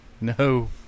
No